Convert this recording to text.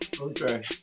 Okay